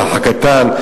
"האח הקטן",